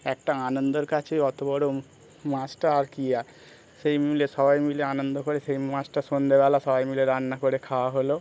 একটা আনন্দেরর কাছেই অত বড়ো মাছটা আর কিইবা সেই মিলে সবাই মিলে আনন্দ করে সেই মাছটা সন্ধেবেলা সবাই মিলে রান্না করে খাওয়া হলো